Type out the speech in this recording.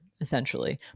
essentially